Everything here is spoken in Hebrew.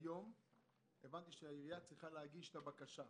כיום הבנתי שהעירייה צריכה להגיש את הבקשה.